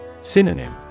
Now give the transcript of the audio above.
Synonym